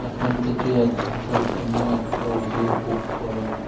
এখন থেকে এক ঘন্টার জন্য একটা উবের বুক করো